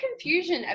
confusion